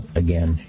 again